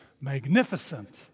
magnificent